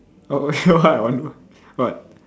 okay what what